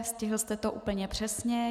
Stihl jste to úplně přesně.